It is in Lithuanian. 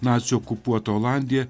nacių okupuota olandija